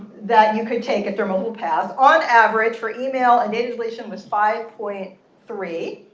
that you could take, if they're mobile paths, on average for email and data deletion was five point three